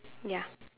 ya